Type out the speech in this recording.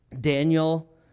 Daniel